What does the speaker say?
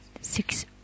Six